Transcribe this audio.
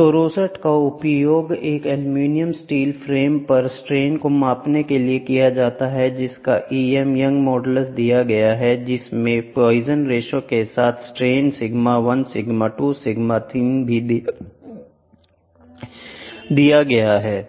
तो रोसेट का उपयोग एक एल्यूमीनियम स्टील फ्रेम पर स्ट्रेन को मापने के लिए किया जाता है जिसका Em यंग मॉडल्स दिया गया है जिसमें पाइजन रेश्यो के साथ स्ट्रेन सिग्मा 1 सिग्मा 2 सिग्मा 3 भी दिया गया हैI